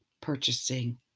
purchasing